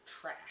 trash